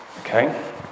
Okay